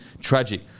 tragic